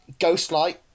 Ghostlight